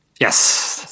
Yes